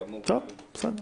בסדר.